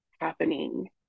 Happening